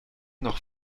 noch